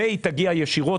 והיא תגיע ישירות,